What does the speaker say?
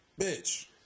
Bitch